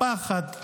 הפחד,